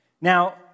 Now